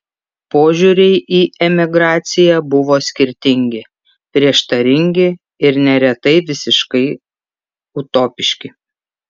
požiūriai į emigraciją buvo skirtingi prieštaringi ir neretai visiškai utopiški